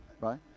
right